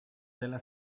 della